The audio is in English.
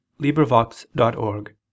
LibriVox.org